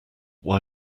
why